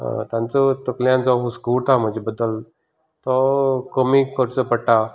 तांचो तकल्यान जो हुस्को उरता म्हजें बद्दल तो कमी करचो पडटा